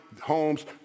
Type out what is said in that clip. homes